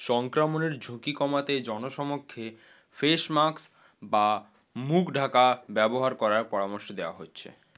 সংক্রমণের ঝুঁকি কমাতে জনসমক্ষে ফেস মাস্ক বা মুখ ঢাকা ব্যবহার করার পরামর্শ দেওয়া হচ্ছে